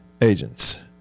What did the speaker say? agents